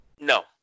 No